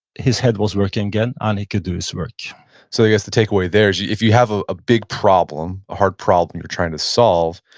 his head was working again and he could do his work so i guess the takeaway there is if you have ah a big problem, a hard problem you're trying to solve,